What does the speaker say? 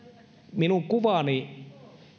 minun kuvani